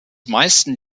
meisten